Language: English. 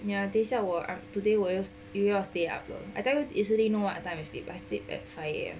ya 等一下我 today 我又要 stay up 了 I tell you yesterday you know what time I sleep I sleep at five A_M